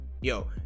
yo